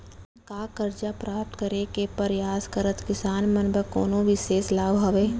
का करजा प्राप्त करे के परयास करत किसान मन बर कोनो बिशेष लाभ हवे?